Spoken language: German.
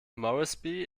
moresby